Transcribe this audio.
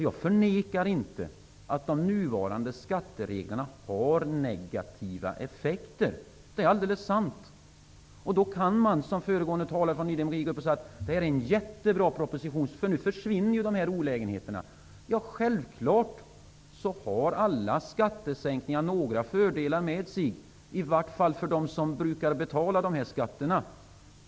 Jag förnekar inte att de nuvarande skattereglerna har negativa effekter. Man kan ju som föregående talare från Ny demokrati säga att detta är en jättebra proposition, för nu försvinner olägenheterna. Självklart har alla skattesänkningar några fördelar med sig, i vart fall för dem som brukar betala de aktuella skatterna.